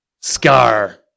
Scar